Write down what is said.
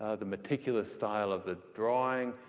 ah the meticulous style of the drawing,